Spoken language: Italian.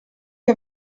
che